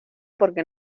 porque